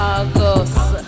August